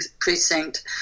precinct